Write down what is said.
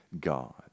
God